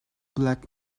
black